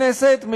עמיתי חברי הכנסת,